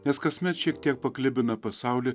nes kasmet šiek tiek paklibina pasaulį